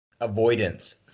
avoidance